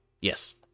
Yes